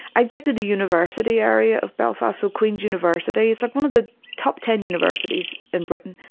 i'd get to the university area of belfast, so queen's university is like one of the top ten universities in britain.